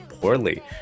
poorly